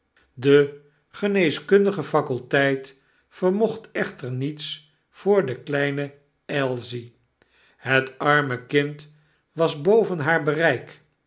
de geneeskundige faculteit vermocht echter niets voor de kleine ailsie het arme kind was boven haar bereik